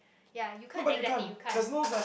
ya you can't exactly you can't